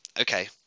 Okay